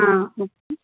ஆ